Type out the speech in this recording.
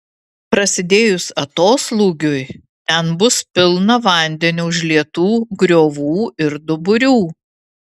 prasidėjus atoslūgiui ten bus pilna vandeniu užlietų griovų ir duburių